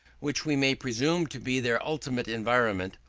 which we may presume to be their ultimate environment,